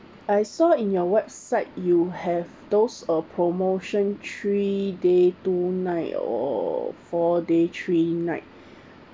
I saw in your website you have those uh promotion three day two night or four day three night